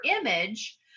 image